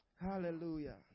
Hallelujah